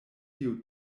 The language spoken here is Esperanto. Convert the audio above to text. tiu